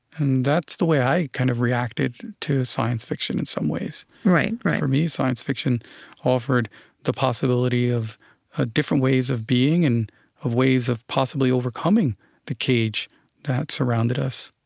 and that's the way i kind of reacted to science fiction, in some ways. for me, science fiction offered the possibility of ah different ways of being and of ways of possibly overcoming the cage that surrounded us